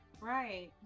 Right